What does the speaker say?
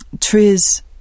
trees